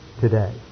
today